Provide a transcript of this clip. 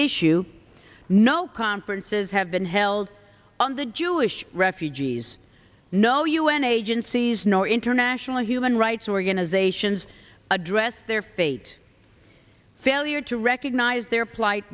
issue no conferences have been held on the jewish refugees no u n agencies nor international human rights organizations addressed their fate failure to recognize